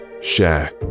share